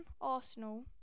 Arsenal